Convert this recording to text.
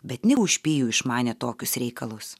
bet ne už pijų išmanė tokius reikalus